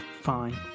fine